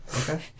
Okay